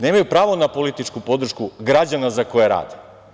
Nemaju pravo na političku podršku građana za koje rade.